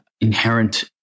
inherent